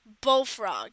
Bullfrog